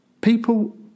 people